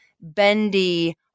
bendy